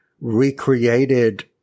recreated